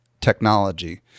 technology